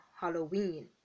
Halloween